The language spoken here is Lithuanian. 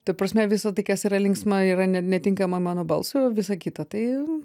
ta prasme visa tai kas yra linksma yra netinkama mano balsui o visa kita tai